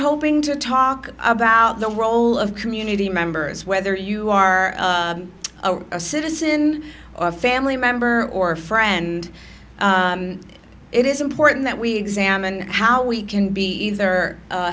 hoping to talk about the role of community members whether you are a citizen or a family member or friend it is important that we examine how we can be either